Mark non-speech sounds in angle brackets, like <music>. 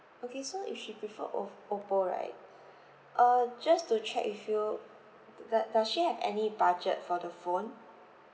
so if she prefer op~ oppo right <breath> err just to check with you d~ doe~ does she have any budget for the phone